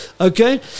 Okay